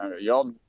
Y'all